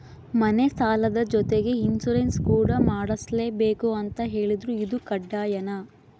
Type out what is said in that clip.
ಮನೆ ಸಾಲದ ಜೊತೆಗೆ ಇನ್ಸುರೆನ್ಸ್ ಕೂಡ ಮಾಡ್ಸಲೇಬೇಕು ಅಂತ ಹೇಳಿದ್ರು ಇದು ಕಡ್ಡಾಯನಾ?